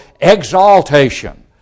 exaltation